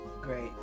Great